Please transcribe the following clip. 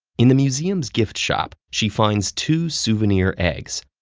in the museum's gift shop, she finds two souvenir eggs,